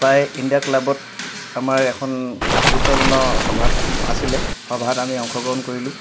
পাই ইণ্ডিয়া ক্লাবত আমাৰ এখন গুৰুত্বপূৰ্ণ সভা আছ আছিলে সভাত আমি অংশগ্ৰহণ কৰিলো